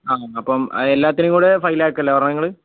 ആ അപ്പം ആ എല്ലാത്തിനും കൂടെ ഫൈവ് ലാക്ക് അല്ലേ പറഞ്ഞത് നിങ്ങൾ